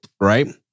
right